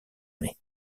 nez